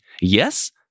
Yes